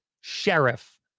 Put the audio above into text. sheriff